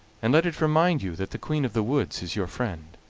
and let it remind you that the queen of the woods is your friend.